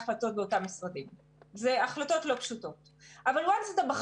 אחת לשנה או